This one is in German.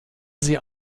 sie